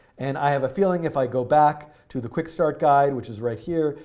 and i have a feeling if i go back to the quick start guide, which is right here,